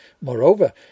Moreover